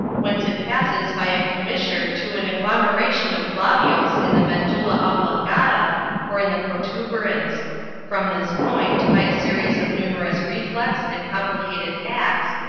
whence it passes by a commissure to an agglomeration of globules in the medulla oblongata or in the protuberance from this point, by a series of numerous reflex and complicated acts,